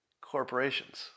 Corporations